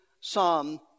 psalm